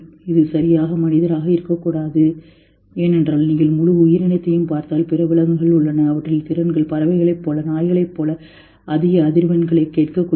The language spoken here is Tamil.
இது சரியாக மனிதராக இருக்கக்கூடாது ஏனென்றால் நீங்கள் முழு உயிரினத்தையும் பார்த்தால் பிற விலங்குகள் உள்ளன அவற்றின் திறன்கள் பறவைகளைப் போல நாய்களைப் போல அதிக அதிர்வெண்களைக் கேட்கக்கூடியவை